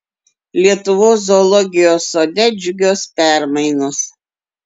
lietuvos zoologijos sode džiugios permainos